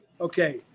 Okay